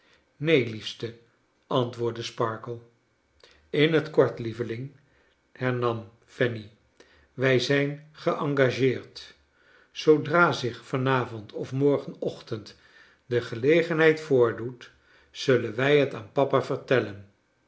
neen liefste antwoordde sparkler in t kort lieveling hernam fanny wij zijn geengageerd zoodra zich van avond of morgen ochtend de gelegenheid voordoet zullen wij t aan papa vertellen